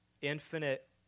infinite